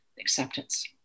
acceptance